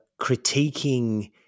critiquing